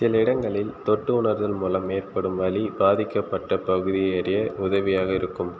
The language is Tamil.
சில இடங்களில் தொட்டுணர்தல் மூலம் ஏற்படும் வலி பாதிக்கப்பட்ட பகுதியை அறிய உதவியாக இருக்கும்